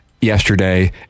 yesterday